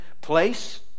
place